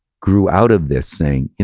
grew out of this saying,